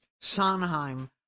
Sondheim